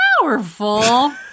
Powerful